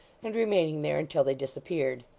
and remaining there until they disappeared.